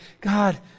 God